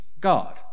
God